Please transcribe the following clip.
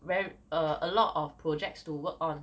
ver~ err a lot of projects to work on